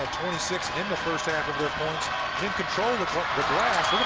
ah twenty six in the first half of their points, in control of the the glass.